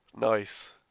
Nice